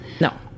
no